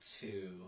two